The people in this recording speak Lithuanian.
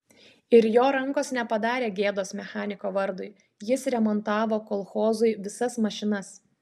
ir jo rankos nepadarė gėdos mechaniko vardui jis remontavo kolchozui visas mašinas